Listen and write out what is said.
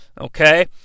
okay